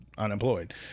Unemployed